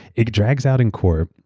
it drags out in court.